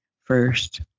first